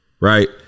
right